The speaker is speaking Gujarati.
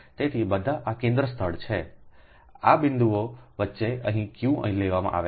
તેથી બધા આ કેન્દ્રસ્થળ છે I આ બિંદુની વચ્ચે અહીં Q અહીં લેવામાં આવે છે